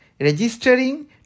registering